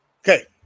Okay